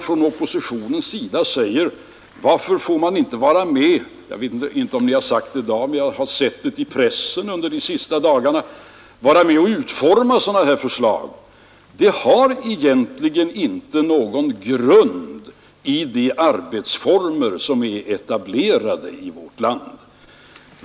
Från oppositionens sida frågar man — jag vet inte om ni har gjort det i dag, men jag har sett det i pressen de senaste dagarna — varför man inte får vara med och utforma sådana här förslag. Det kravet har egentligen inte någon grund i de arbetsformer som är etablerade i vårt land.